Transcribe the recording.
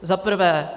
Za prvé.